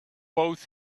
both